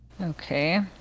Okay